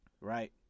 right